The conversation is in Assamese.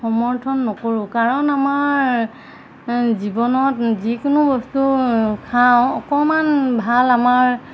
সমৰ্থন নকৰোঁ কাৰণ আমাৰ জীৱনত যিকোনো বস্তু খাওঁ অকণমান ভাল আমাৰ